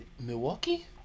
Milwaukee